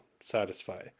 satisfy